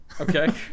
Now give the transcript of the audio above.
okay